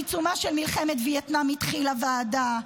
בעיצומה של מלחמת וייטנאם התחילה ועדה,